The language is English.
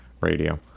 radio